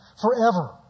forever